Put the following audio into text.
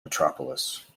metropolis